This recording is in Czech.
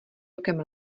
rokem